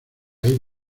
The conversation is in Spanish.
hay